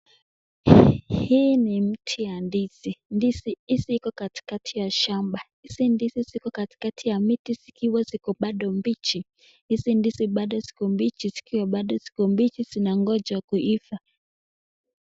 Hii ni mti ya ndizi. Ndizi hizi iko katikaki ya shamba. Hizi ndizi ziko katikati ya miti zikiwa ziko bado mbichi. Hizi ndizi bado ziko mbichi zikiwa bado ziko mbichi zinangoja kuiva.